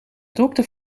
dokter